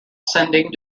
sending